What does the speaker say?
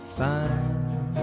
fine